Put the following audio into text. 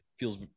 feels